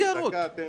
אני